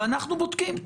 ואנחנו בודקים".